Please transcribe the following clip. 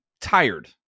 tired